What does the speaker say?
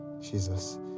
jesus